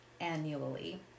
annually